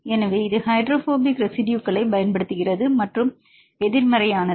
எனவே இது ஹைட்ரோபோபிக் ரெசிடுயுகளைப் பயன்படுத்துகிறது மற்றும் எதிர்மறையானது